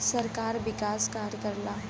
सरकार विकास कार्य करला